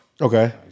okay